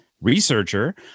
researcher